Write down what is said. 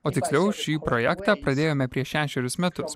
o tiksliau šį projektą pradėjome prieš šešerius metus